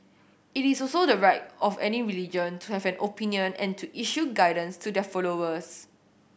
it is also the right of any religion to have an opinion and to issue guidance to their followers